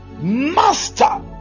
master